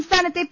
സംസ്ഥാനത്തെ പി